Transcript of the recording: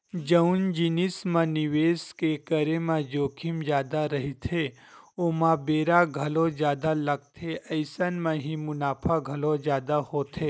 जउन जिनिस म निवेस के करे म जोखिम जादा रहिथे ओमा बेरा घलो जादा लगथे अइसन म ही मुनाफा घलो जादा होथे